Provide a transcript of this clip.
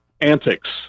antics